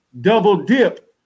double-dip